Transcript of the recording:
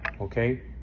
okay